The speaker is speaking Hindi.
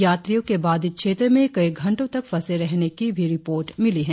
यात्रियों के बाधित क्षेत्र में कई घंटों तक फंसे रहने की भी रिपोर्ट मिली है